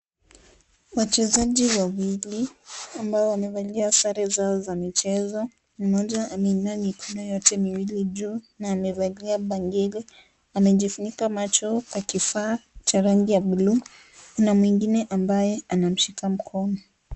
Wachezaji wawili, ambao wamevalia Sare zao za mchezo, mmoja ameinua mikono yote miwili juu na amevalia bangili amejifunika macho Kwa kifaa cha rangia bluu, na mwingine ambaye anamshika mkono.